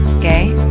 gay,